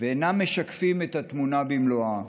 ואינם משקפים את התמונה במלואה.